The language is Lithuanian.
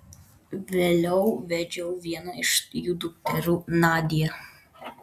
vėliau vedžiau vieną iš jų dukterų nadią